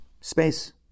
space